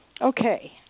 Okay